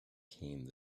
came